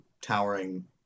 towering